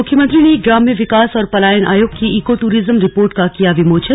मुख्यमंत्री ने ग्राम्य विकास और पलायन आयोग की ईको टूरिज्म रिपोर्ट का किया विमोचन